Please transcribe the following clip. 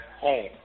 home